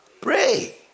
Pray